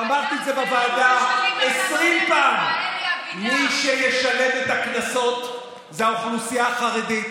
ואמרתי את זה בוועדה 20 פעם: מי שישלם את הקנסות זו האוכלוסייה החרדית